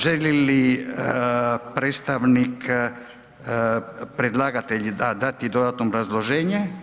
Želi li predstavnik predlagatelja dati dodatno obrazloženje?